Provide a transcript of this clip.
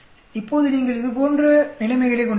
இப்போது நீங்கள் இது போன்ற நிலைமைகளை கொண்டிருக்கலாம்